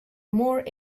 more